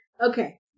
Okay